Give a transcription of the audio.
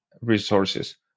resources